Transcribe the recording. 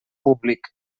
públic